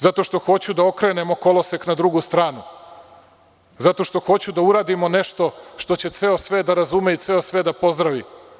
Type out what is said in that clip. Zato što hoću da okrenemo kolosek na drugu stranu, zato što hoću da uradimo nešto što će ceo svet da razume i da pozdravi.